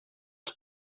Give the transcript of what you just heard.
els